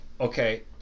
okay